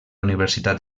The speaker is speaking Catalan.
universitat